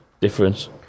difference